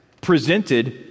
presented